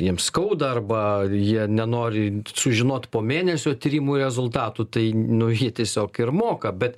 jiems skauda arba jie nenori sužinot po mėnesio tyrimų rezultatų tai nu jie tiesiog ir moka bet